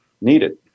needed